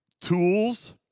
tools